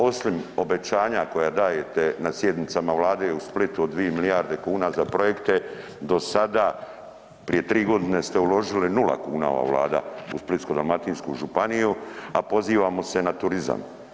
Osim obećanja koja dajete na sjednicama Vlade u Splitu od 2 milijarde kuna za projekte, do sada, prije 3 godine ste uložili 0 kuna, ova Vlada u Splitsko-dalmatinsku županiju, a pozivamo se na turizam.